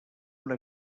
una